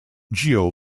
geo